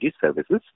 services